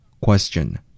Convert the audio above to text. Question